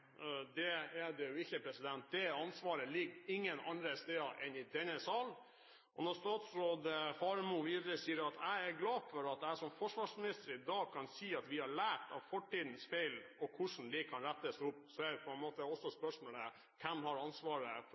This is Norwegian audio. Det er det jo ikke; det ansvaret ligger ingen andre steder enn i denne sal. Og statsråd Faremo sier videre: «Jeg er glad for at jeg som forsvarsminister i dag kan si at vi har lært av fortidens feil og hvordan de kan rettes opp.» Da er jo på en måte også spørsmålet: Hvem har ansvaret for